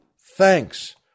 thanks